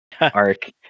arc